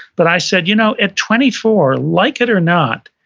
but i said, you know, at twenty four like it or not,